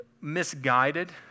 misguided